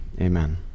amen